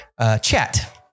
chat